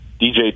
DJ